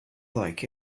like